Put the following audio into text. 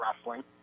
wrestling